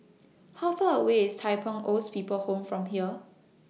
How Far away IS Tai Pei Old's People Home from here